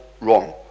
wrong